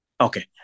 Okay